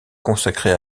consacrer